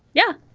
yeah,